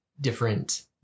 different